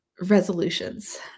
resolutions